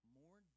more